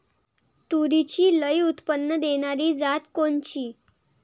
तूरीची लई उत्पन्न देणारी जात कोनची?